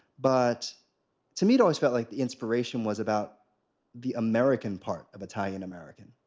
but to me it always felt like the inspiration was about the american part of italian-american.